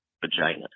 vagina